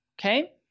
Okay